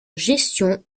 gestion